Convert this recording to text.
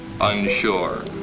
unsure